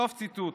סוף ציטוט.